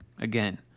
Again